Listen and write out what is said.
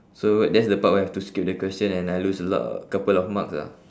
so that's the part where I have to skip the question and I lose a lot uh couple of marks ah